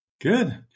Good